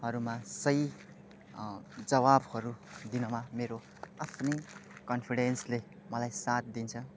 हरूमा सही जबाफहरू दिनमा मेरो आफ्नै कन्फिडेन्सले मलाई साथ दिन्छ